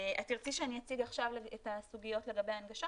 זה לגבי המצב